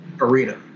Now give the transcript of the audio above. arena